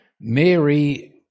mary